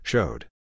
Showed